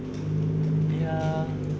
ya